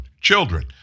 children